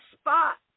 spot